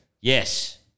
Yes